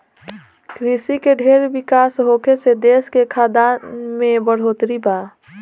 कृषि के ढेर विकास होखे से देश के खाद्यान में बढ़ोतरी बा